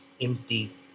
empty